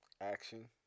Action